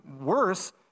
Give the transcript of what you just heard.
worse